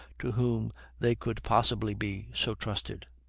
to whom they could possibly be so trusted.